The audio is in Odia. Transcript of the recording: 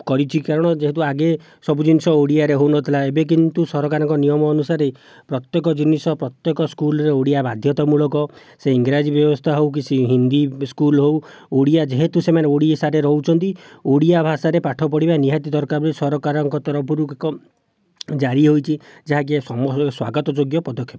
କରିଛି କାରଣ ଯେହେତୁ ଆଗେ ସବୁ ଜିନିଷ ଓଡ଼ିଆରେ ହେଉନଥିଲା ଏବେ କିନ୍ତୁ ସରକାରଙ୍କ ନିୟମ ଅନୁସାରେ ପ୍ରତ୍ୟେକ ଜିନିଷ ପ୍ରତ୍ୟେକ ସ୍କୁଲରେ ଓଡ଼ିଆ ବାଧ୍ୟତାମୂଳକ ସେ ଇଂରାଜୀ ବ୍ୟବସ୍ତା ହେଉ କି ସେ ହିନ୍ଦୀ ସ୍କୁଲ ହେଉ ଓଡ଼ିଆ ଯେହେତୁ ସେମାନେ ଓଡ଼ିଶାରେ ରହୁଛନ୍ତି ଓଡ଼ିଆ ଭାଷାରେ ପାଠ ପଢ଼ିବା ନିହାତି ଦରକାର ବୋଲି ସରକାରଙ୍କ ତରଫରୁ ଏକ ଜାରି ହୋଇଛି ଯାହାକି ସ୍ୱାଗତ ଯୋଗ୍ୟ ପଦକ୍ଷେପ